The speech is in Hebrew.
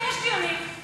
יש דיונים.